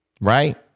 Right